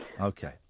Okay